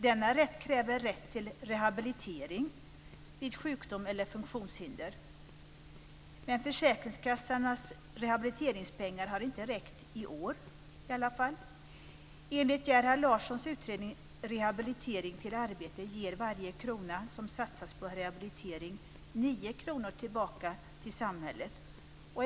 Denna rätt förutsätter rätt till rehabilitering vid sjukdom eller funktionshinder. Men försäkringskassornas rehabiliteringspengar har åtminstone inte räckt i år. Enligt Gerhard Larssons utredning Rehabilitering till arbete ger varje krona som satsas på rehabilitering 9 kr tillbaka till samhället.